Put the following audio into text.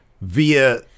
via